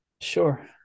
Sure